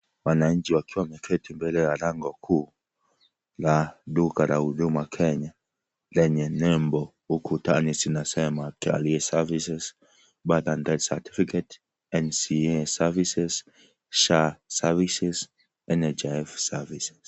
Wananchi wakiwa wameketi mbele ya lango kuu la duka la huduma Kenya lenye nembo ukutani zinazosema, KRA services, birth and death , NCA services, SHA services NHIF services.